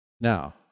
Now